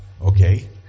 Okay